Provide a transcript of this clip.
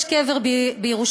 יש קבר בירושלים,